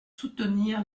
soutenir